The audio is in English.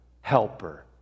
helper